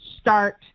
start